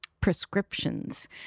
prescriptions